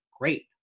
great